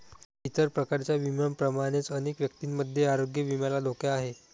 इतर प्रकारच्या विम्यांप्रमाणेच अनेक व्यक्तींमध्ये आरोग्य विम्याला धोका आहे